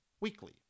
weekly